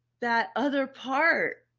that other part.